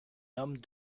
homme